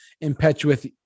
impetuous